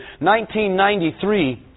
1993